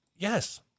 Yes